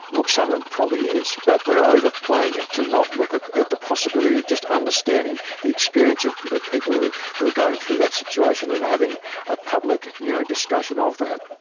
look some of it probably is, but we're overplaying it to not look at at the possibility of just understanding the experience of of people who who are going through that situation and having a public you know discussion of that.